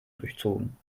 durchzogen